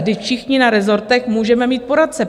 Vždyť všichni na rezortech můžeme mít poradce.